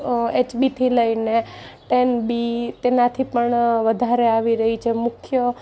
એચબીથી લઈને ટેનબી તેનાથી પણ વધારે આવી રહી છે મુખ્ય